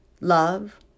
Love